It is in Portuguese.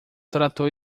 trator